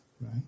Right